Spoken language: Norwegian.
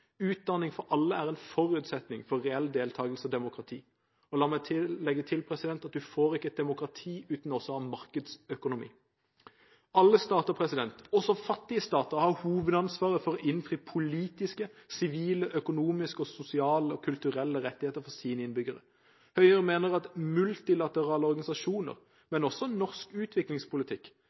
Utdanning for alle er en forutsetning for reell deltakelse og demokrati. La meg legge til at du får ikke et demokrati uten også å ha markedsøkonomi. Alle stater, også fattige stater, har hovedansvaret for å innfri politiske, sivile, økonomiske, sosiale og kulturelle rettigheter for sine innbyggere. Høyre mener at multilaterale organisasjoner, men også norsk utviklingspolitikk,